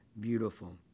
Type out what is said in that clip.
beautiful